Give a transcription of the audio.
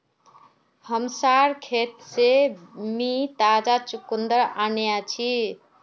हमसार खेत से मी ताजा चुकंदर अन्याछि